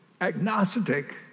agnostic